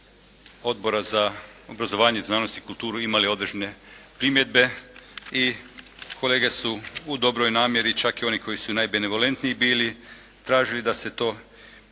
Odbora za obrazovanje, znanost i kulturu imali određene primjedbe i kolege su u dobroj namjeri čak i oni koji su najbenevalentniji bili tražili da se to izvješće